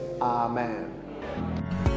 amen